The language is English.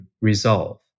resolve